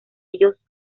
ellos